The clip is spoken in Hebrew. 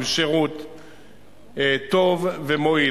עם שירות טוב ומועיל.